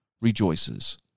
rejoices